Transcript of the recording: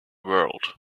world